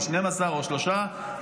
או 12 או שלושה,